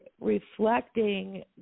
reflecting